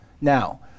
Now